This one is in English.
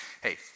Hey